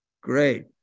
great